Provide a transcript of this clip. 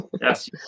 yes